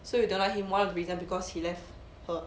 so you don't like him one of the reason because he left her